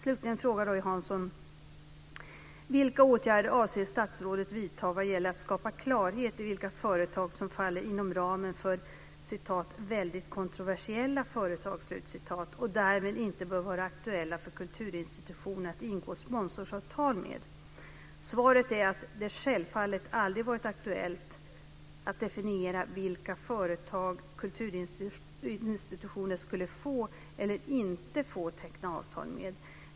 Slutligen frågar Roy Hansson: Vilka åtgärder avser statsrådet vidta vad gäller att skapa klarhet i vilka företag som faller inom ramen för "väldigt kontroversiella företag" och därmed inte bör vara aktuella för kulturinstitutioner att ingå sponsoravtal med? Svaret är att det självfallet aldrig varit aktuellt att definiera vilka företag som kulturinstitutioner skulle få, eller inte få, teckna avtal med.